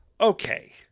Okay